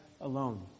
alone